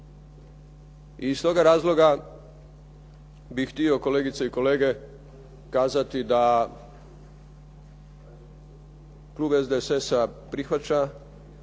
I iz toga razloga bih htio kolegice i kolege kazati da klub SDSS-a prihvaća